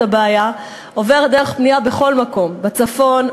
הבעיה עוברת דרך בנייה בכל מקום: בצפון,